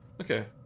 Okay